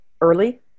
early